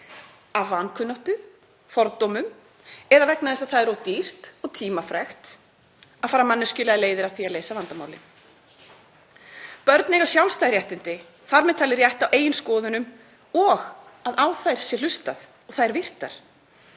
vankunnáttu, fordóma eða vegna þess að það er of dýrt og tímafrekt að fara manneskjulegar leiðir að því að leysa vandamálin. Börn eiga sjálfstæð réttindi, þar með talið rétt á eigin skoðunum og að á þær sé hlustað og þær virtar.